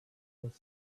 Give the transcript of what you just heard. was